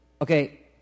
Okay